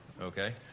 okay